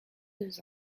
deux